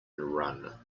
run